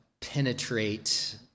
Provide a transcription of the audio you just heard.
penetrate